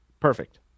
perfect